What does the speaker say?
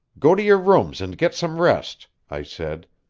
go to your rooms and get some rest, i said.